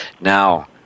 now